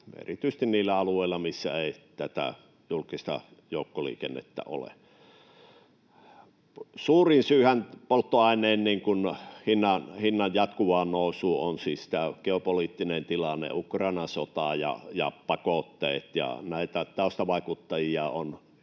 erityisesti niillä alueilla, missä ei tätä julkista joukkoliikennettä ole. Suurin syyhän polttoaineen hinnan jatkuvaan nousuun on siis tämä geopoliittinen tilanne — Ukrainan sota ja pakotteet — ja näitä taustavaikuttajia on